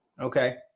Okay